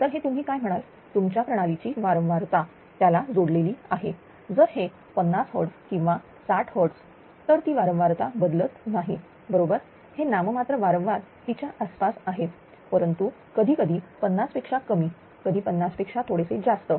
तर हे तुम्ही काय म्हणाल तुमच्या प्रणालीची वारंवारता त्याला जोडलेले आहे जर हे 50 Hz किंवा 60 Hz तर ती वारंवारता बदलत नाही बरोबर हे नाम मात्र वारंवार तिच्या आसपास आहे परंतु कधीकधी 50 पेक्षा कमी कधी 50 पेक्षा थोडेसे जास्त